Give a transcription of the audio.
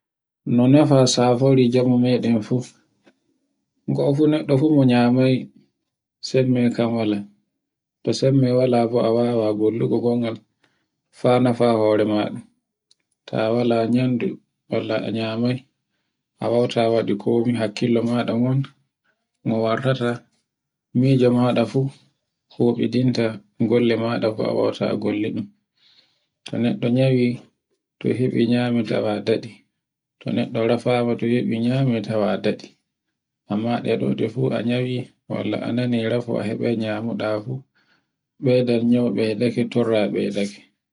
No nefa safori jamu meɗen fu .ngo fu neɗɗe fu nyamai sai mi yia sembe ka wala, to sembe wala bo a wawai bollungo gongal, fa nefa hore maɗa, ta wala nandu, wala anyamai, a wawta waɗu komai hakkilo maɗa gon go wartata, mijo maɗa fu wobidinta, golla maɗa fu a wawta golle ɗum. to neɗɗo nyawi, to heɓi nyami tawa a daɗi. to neɗɗo rafama to heɓi nyamatawa adaɗɗi. amma to ɗe ɗo ɗefu a nyawi walla to anani rafa a heɓai nyamuɗafu ɓeydan nyawu ɓeydake torra ɓeydake.